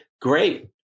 great